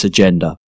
Agenda